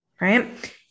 Right